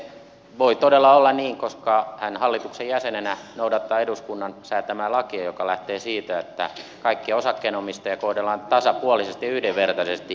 voi todella olla niin koska hän hallituksen jäsenenä noudattaa eduskunnan säätämää lakia joka lähtee siitä että kaikkia osakkeenomistajia kohdellaan tasapuolisesti ja yhdenvertaisesti